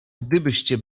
gdybyście